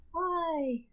Hi